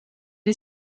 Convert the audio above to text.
die